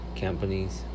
companies